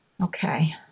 Okay